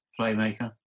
playmaker